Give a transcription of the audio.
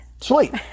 Sleep